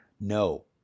No